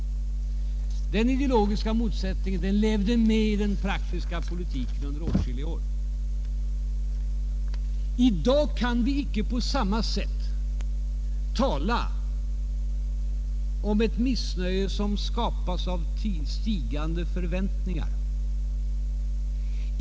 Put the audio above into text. Och den ideologiska motsättningen levde med i den praktiska politiken under åtskilliga år. I dag kan vi inte på samma sätt tala om ett missnöje som skapas av stigande förväntningar.